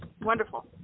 wonderful